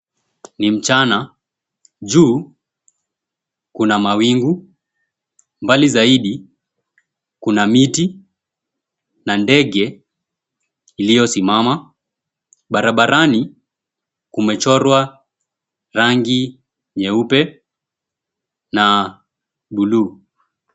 Ni mchana, juu kuna mawingu. Mbali zaidi kuna miti na ndege iliyosimama barabarani, kumechorwa rangi nyeupe na buluu.